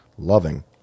Loving